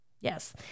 Yes